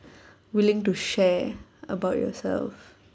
willing to share about yourself